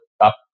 up